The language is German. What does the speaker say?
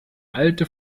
alte